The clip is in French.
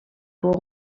court